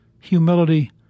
humility